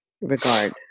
regard